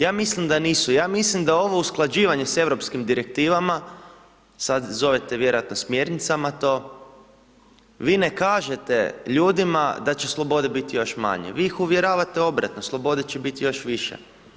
Ja mislim da nisu, ja mislim da ovo usklađivanje sa europskim direktivama, sada zovete vjerojatno smjernicama, to vi ne kažete ljudima da će slobode biti još manje, vi ih uvjeravate obratno, slobode će biti još više.